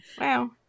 Wow